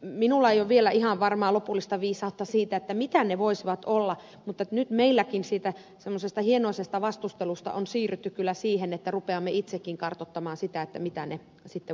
minulla ei vielä ole ihan varmaa lopullista viisautta siitä mitä ne voisivat olla mutta nyt meilläkin semmoisesta hienoisesta vastustelusta on siirrytty kyllä siihen että rupeamme itsekin kartoittamaan sitä mitä ne mekanismit voisivat olla